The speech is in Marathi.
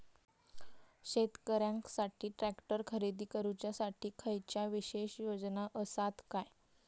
शेतकऱ्यांकसाठी ट्रॅक्टर खरेदी करुच्या साठी खयच्या विशेष योजना असात काय?